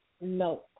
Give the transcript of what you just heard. No